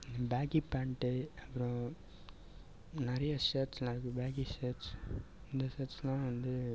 பேஹி pant அப்பறம் நிறையா சர்ட்ஸ்லாம் இருக்குது பேஹி சர்ட்ஸ்ஸு இந்த சர்ட்ஸ்லாம் வந்து